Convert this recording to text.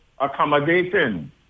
accommodating